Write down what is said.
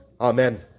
Amen